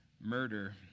murder